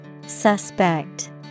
Suspect